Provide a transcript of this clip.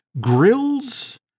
grills